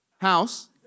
House